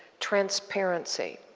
transparency.